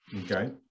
Okay